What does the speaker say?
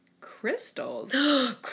Crystals